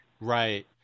Right